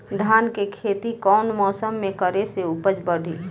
धान के खेती कौन मौसम में करे से उपज बढ़ी?